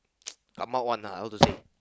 come out one lah how to say